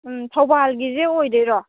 ꯊꯧꯕꯥꯜꯒꯤꯁꯦ ꯑꯣꯏꯗꯣꯏꯔꯣ